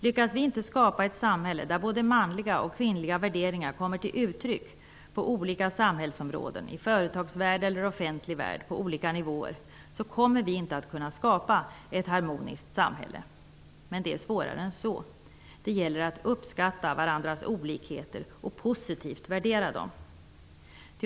Lyckas vi inte skapa ett samhälle där både manliga och kvinnliga värderingar kommer till uttryck på olika samhällsområden -- i företagsvärld eller offentlig värld och på olika nivåer -- kommer vi inte att kunna skapa ett harmoniskt samhälle. Men det är svårare än så. Det gäller att uppskatta varandras olikheter och värdera dem positivt.